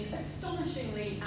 astonishingly